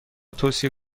توصیه